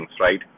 right